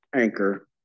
anchor